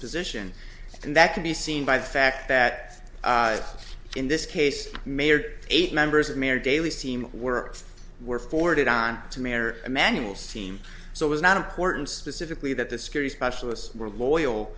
position and that can be seen by the fact that in this case mayor eight members of mayor daley seem works were forwarded on to mayor emanuel's team so it was not important specifically that the scary specialists were loyal